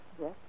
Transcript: Yes